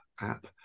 app